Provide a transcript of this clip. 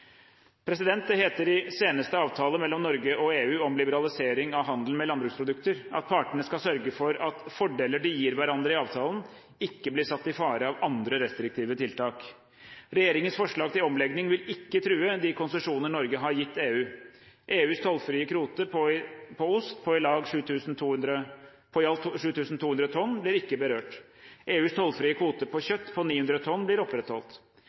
Det heter i seneste avtale mellom Norge og EU om liberalisering av handelen med landbruksprodukter at partene skal sørge for at fordeler de gir hverandre i avtalen, ikke blir satt i fare av andre restriktive tiltak. Regjeringens forslag til omlegging vil ikke true de konsesjoner Norge har gitt EU. EUs tollfrie kvote på ost på i alt 7 200 tonn blir ikke berørt. EUs tollfrie kvote på kjøtt på 900 tonn blir opprettholdt.